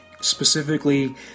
specifically